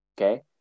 Okay